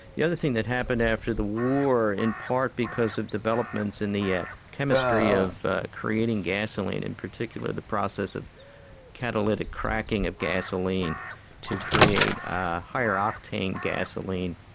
the other thing that happened after the war in part because of developments in the yeah chemistry of ah creating gasoline, in particular the process of catalytic cracking of gasoline to create a higher octane gasoline,